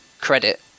credit